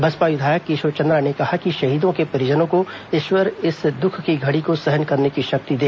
बसपा विधायक केशव चंद्रा ने कहा कि शहीदों के परिजनों को ईश्वर इस दुख की घड़ी को सहन करने की शक्ति दे